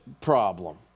problem